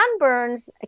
sunburns